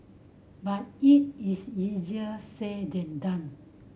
but it is easier said than done